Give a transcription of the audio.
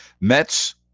Mets